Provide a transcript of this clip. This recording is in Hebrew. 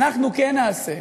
ואנחנו כן נעשה.